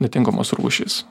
netinkamos rūšys